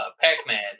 Pac-Man